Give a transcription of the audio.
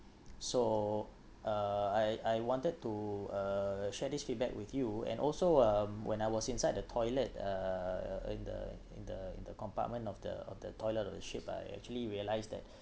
so uh I I wanted to uh share this feedback with you and also um when I was inside the toilet uh in the in the in the compartment of the of the toilet of the ship lah I actually realised that